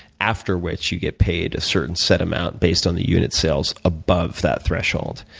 after which you get paid a certain set amount based on the unit sales above that threshold.